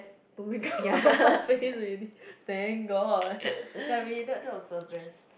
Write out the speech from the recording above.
to make up her face already thank god ya really that that was the best